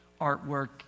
artwork